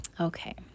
Okay